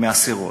מהסירות.